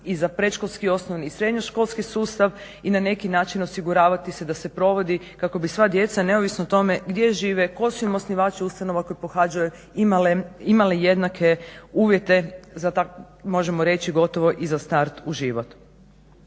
i za predškolski, osnovni i srednjoškolski sustav i na neki način osiguravati se da se provodi kako bi sva djeca neovisno o tome gdje žive, tko su im osnivači ustanova koje pohađaju imale jednake uvjete za možemo reći gotovo i za start u život.